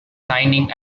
signing